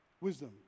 Wisdom